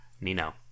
Nino